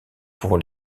pour